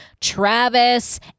travis